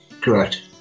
Correct